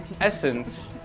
essence